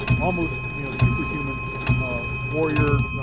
so almost you know superhuman warrior,